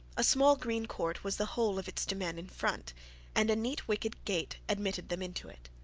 a small green court was the whole of its demesne in front and a neat wicket gate admitted them into it.